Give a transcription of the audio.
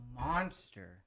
monster